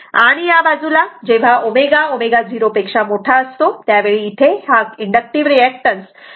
आणि या बाजूला जेव्हा ω ω0 असते त्यावेळी इथे इंडक्टिव्ह रिऍक्टन्स XL